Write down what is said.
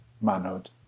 manhood